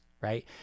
right